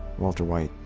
walter white,